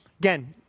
Again